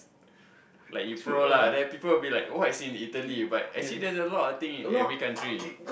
like you pro lah then people will be like what is in Italy actually there's a lot of thing in every country